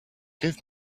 give